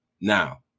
Now